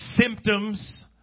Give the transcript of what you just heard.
symptoms